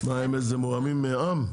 מה, הם איזה מורמים מעם?